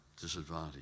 disadvantage